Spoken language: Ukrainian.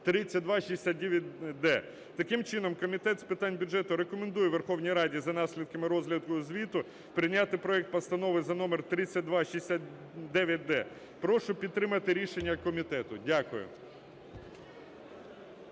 3269-д. Таким чином Комітет з питань бюджету рекомендує Верховній Раді за наслідками розгляду звіту прийняти проект Постанови за номером 3269-д. Прошу підтримати рішення комітету. Дякую.